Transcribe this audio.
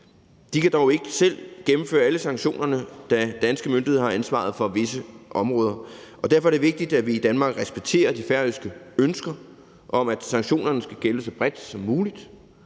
De kan dog ikke selv gennemføre alle sanktionerne, da danske myndigheder har ansvaret for visse områder, og derfor er det vigtigt, at vi i Danmark respekterer de færøske ønsker om, at sanktionerne skal gælde så bredt som muligt,